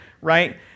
right